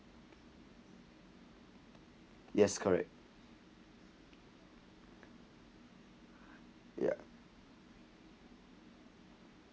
yes correct ya